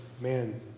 man